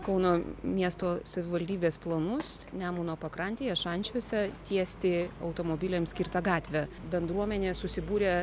kauno miesto savivaldybės planus nemuno pakrantėje šančiuose tiesti automobiliamskirtą gatvę bendruomenė susibūrė